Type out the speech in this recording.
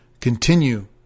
Continue